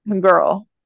girl